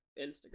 Instagram